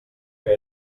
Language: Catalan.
que